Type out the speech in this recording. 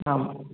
आम्